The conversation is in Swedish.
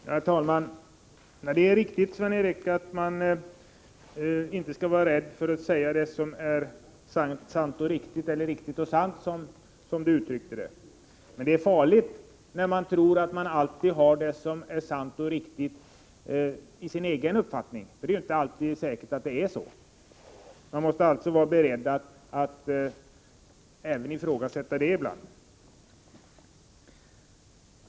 Herr talman! Det är riktigt, Sven Eric Lorentzon, att man inte skall vara rädd för att säga det som är sant och riktigt — eller riktigt och sant, som herr Lorentzon uttryckte det. Men det är farligt när man tror att det som är sant och riktigt alltid är vad som stämmer med den egna uppfattningen — för det är inte alltid säkert att det är så. Men måste vara beredd att även ifrågasätta det ibland.